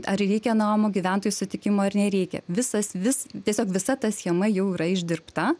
ar reikia namo gyventojų sutikimo ar nereikia visas visas tiesiog visa ta schema jau yra išdirbta